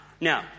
Now